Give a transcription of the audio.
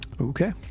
Okay